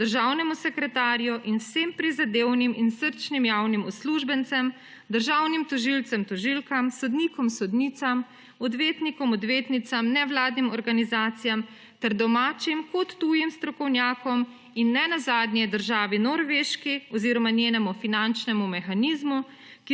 državnemu sekretarju in vsem prizadevnim in srčnim javnim uslužbencem, državnim tožilcem, tožilkam, sodnikom, sodnicam, odvetnikom, odvetnicam, nevladnim organizacijam ter domačim in tujim strokovnjakom ter ne nazadnje državi Norveški oziroma njenemu finančnemu mehanizmu,